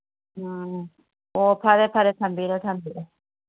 ꯎꯝ ꯑꯣ ꯐꯔꯦ ꯐꯔꯦ ꯊꯝꯕꯤꯔꯣ ꯊꯝꯕꯤꯔꯣ